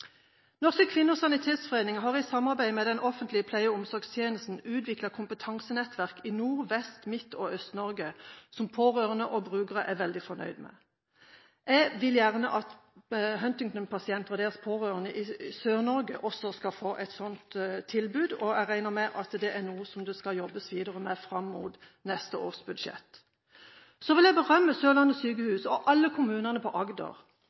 Norske Kvinners Sanitetsforening har i samarbeid med den offentlige pleie- og omsorgstjenesten utviklet kompetansenettverk i Nord-Norge, Vest-Norge, Midt-Norge og Øst-Norge, som pårørende og brukere er veldig fornøyd med. Jeg vil gjerne at Huntington-pasienter og deres pårørende i Sør-Norge også skal få et sånt tilbud, og jeg regner med at det er noe det skal jobbes videre med fram mot neste års budsjett. Så vil jeg berømme Sørlandet sykehus og alle kommunene på Agder.